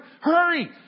hurry